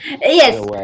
Yes